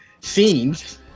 scenes